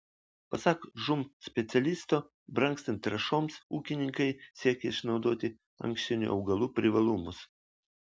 pasak žūm specialisto brangstant trąšoms ūkininkai siekia išnaudoti ankštinių augalų privalumus